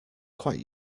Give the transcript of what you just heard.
quite